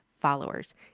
followers